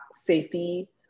safety